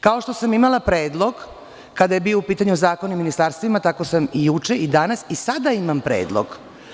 Kao što sam imala predlog kada je bio u pitanju Zakon o ministarstvima, tako sam i juče i danas i sada imam predlog.